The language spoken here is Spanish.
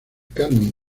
carmen